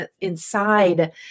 inside